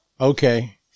okay